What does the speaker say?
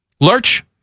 Lurch